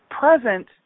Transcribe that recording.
present